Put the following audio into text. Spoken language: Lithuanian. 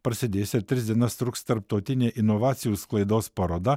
prasidės ir tris dienas truks tarptautinė inovacijų sklaidos paroda